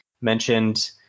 mentioned